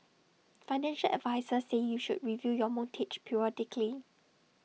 financial advisers say you should review your mortgage periodically